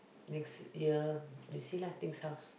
next year we see lah things how